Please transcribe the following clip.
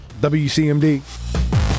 WCMD